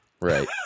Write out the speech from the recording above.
right